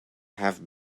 have